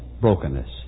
brokenness